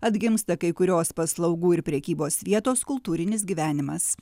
atgimsta kai kurios paslaugų ir prekybos vietos kultūrinis gyvenimas